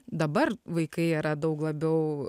dabar vaikai yra daug labiau